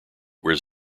where